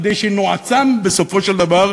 כדי שנועצם בסופו של דבר,